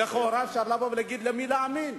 לכאורה, אפשר לשאול: למי להאמין?